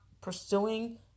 pursuing